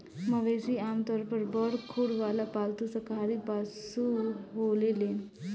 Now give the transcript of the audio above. मवेशी आमतौर पर बड़ खुर वाला पालतू शाकाहारी पशु होलेलेन